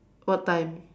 what time